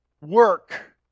work